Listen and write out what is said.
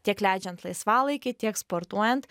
tiek leidžiant laisvalaikį tiek sportuojant